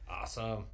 Awesome